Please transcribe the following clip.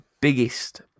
biggest